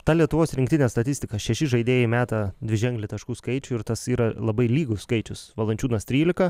ta lietuvos rinktinės statistika šeši žaidėjai meta dviženklį taškų skaičių ir tas yra labai lygus skaičius valančiūnas trylika